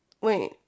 Wait